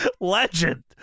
Legend